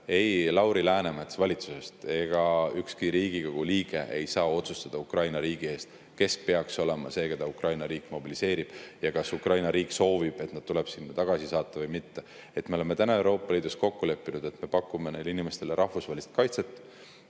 ei Lauri Läänemets valitsusest ega ükski Riigikogu liige ei saa otsustada Ukraina riigi eest seda, kes peaks olema see, keda Ukraina riik mobiliseerib, ja kas Ukraina riik soovib, et nad tuleb sinna tagasi saata või mitte. Me oleme täna Euroopa Liidus kokku leppinud, et me pakume neile inimestele rahvusvahelist kaitset,